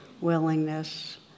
willingness